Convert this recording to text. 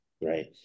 right